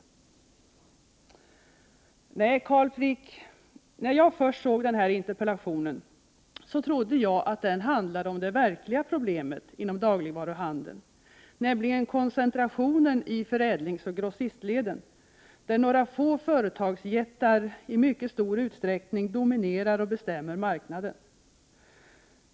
81 Nej, Carl Frick, när jag först såg denna interpellation trodde jag att den handlade om det verkliga problemet inom dagligvaruhandeln, nämligen koncentrationen i förädlingsoch grossistleden där några få företagsjättar i mycket stor utsträckning dominerar och bestämmer marknaden.